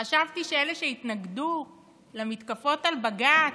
חשבתי שאלה שהתנגדו למתקפות על בג"ץ,